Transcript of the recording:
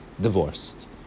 divorced